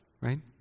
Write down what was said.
right